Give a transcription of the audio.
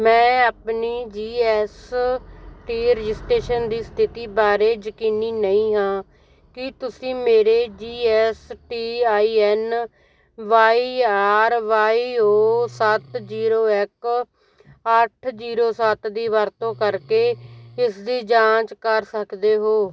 ਮੈਂ ਆਪਣੀ GST registration ਦੀ ਸਥਿਤੀ ਬਾਰੇ ਯਕੀਨੀ ਨਹੀਂ ਹਾਂ ਕੀ ਤੁਸੀਂ ਮੇਰੇ G S T I N Y R Y O ਸੱਤ ਜੀਰੋ ਇੱਕ ਅੱਠ ਜੀਰੋ ਸੱਤ ਦੀ ਵਰਤੋਂ ਕਰਕੇ ਇਸ ਦੀ ਜਾਂਚ ਕਰ ਸਕਦੇ ਹੋ